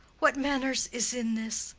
what manners is in this,